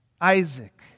Isaac